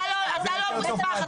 אתה לא מוסמך,